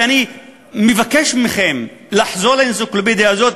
ואני מבקש מכם לחזור לאנציקלופדיה הזאת